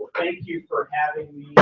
thank you for having